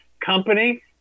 company